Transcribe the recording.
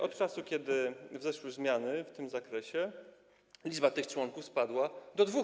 Od czasu, kiedy weszły zmiany w tym zakresie, liczba tych członków spadła do dwóch.